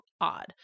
odd